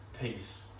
peace